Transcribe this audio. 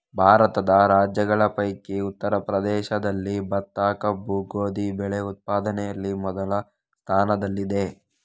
ಭಾರತದ ರಾಜ್ಯಗಳ ಪೈಕಿ ಉತ್ತರ ಪ್ರದೇಶದಲ್ಲಿ ಭತ್ತ, ಕಬ್ಬು, ಗೋಧಿ ಬೆಳೆ ಉತ್ಪಾದನೆಯಲ್ಲಿ ಮೊದಲ ಸ್ಥಾನದಲ್ಲಿದೆ